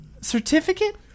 certificate